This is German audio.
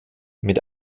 mit